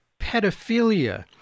pedophilia